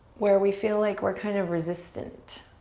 where we feel like we're kind of resistant.